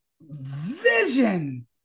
vision